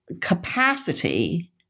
capacity